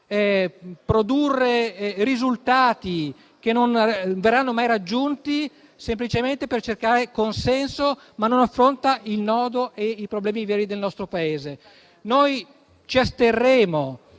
produrre risultati che non verranno mai raggiunti semplicemente per cercare consenso, ma non affronta i nodi e i problemi veri del nostro Paese. Noi ci asterremo